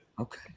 Okay